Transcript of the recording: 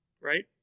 Right